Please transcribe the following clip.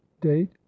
date